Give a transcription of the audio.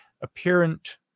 apparent